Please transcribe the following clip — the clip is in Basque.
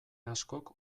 askok